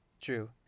True